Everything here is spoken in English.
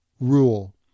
Rule